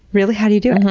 really? how do you do it?